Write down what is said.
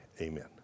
Amen